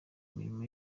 imirimo